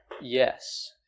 Yes